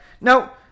now